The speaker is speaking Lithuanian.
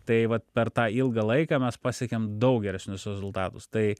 tai vat per tą ilgą laiką mes pasiekiam daug geresnius rezultatus tai